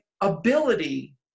ability